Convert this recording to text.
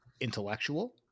intellectual